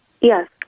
Yes